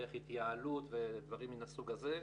דרך התייעלות ודברים מהסוג הזה,